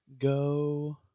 go